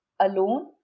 alone